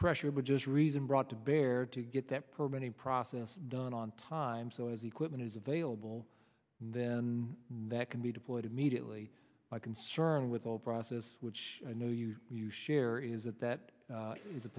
pressure but just reason brought to bear to get that permitting process done on time so as the equipment is available then that can be deployed immediately my concern with all process which i know you share is that that is a